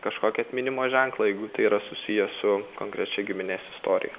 kažkokį atminimo ženklą jeigu tai yra susiję su konkrečia giminės istorija